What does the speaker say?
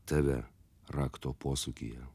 tave rakto posūkyje